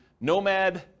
nomad